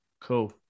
Cool